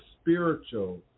spiritual